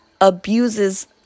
abuses